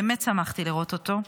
באמת שמחתי לראות אותו.